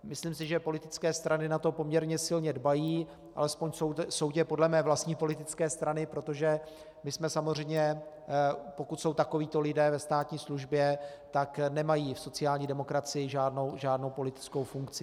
Myslím si, že politické strany na to poměrně silně dbají, alespoň soudě podle mé vlastní politické strany, protože my jsme samozřejmě, pokud jsou takovíto lidí ve státní službě, tak nemají v sociální demokracii žádnou politickou funkci.